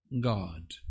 God